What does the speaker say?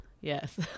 Yes